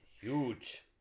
huge